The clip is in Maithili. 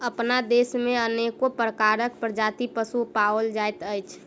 अपना देश मे अनेको प्रकारक प्रजातिक पशु पाओल जाइत अछि